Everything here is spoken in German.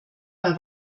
bei